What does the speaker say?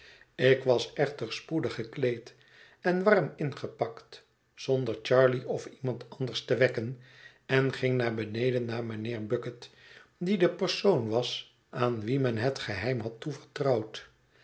ik was echter spoedig gekleed en warm ingepakt zonder charley of iemand anders te wekken en ging naar beneden naar mijnheer bucket die de persoon was aan wien men het geheim had toevertrouwd